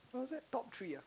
was it top three ah